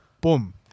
Boom